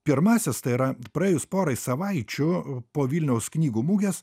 pirmąsias tai yra praėjus porai savaičių po vilniaus knygų mugės